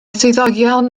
swyddogion